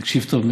תקשיב טוב,